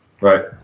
Right